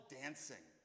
dancing